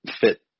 fit